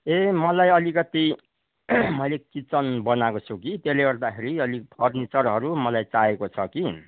ए मलाई अलिकति मैले किचन बनाएको छु कि त्यसले गर्दाखेरि अलि फर्निचरहरू मलाई चाहिएको छ कि